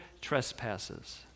trespasses